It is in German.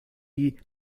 die